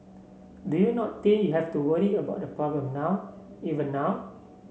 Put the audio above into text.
do you not think you have to worry about the problem now even now